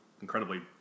Incredibly